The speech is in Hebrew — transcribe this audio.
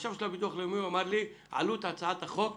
החשב של הביטוח הלאומי אמר לי: עלות הצעת החוק